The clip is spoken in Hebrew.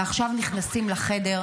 ועכשיו נכנסים לחדר,